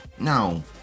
No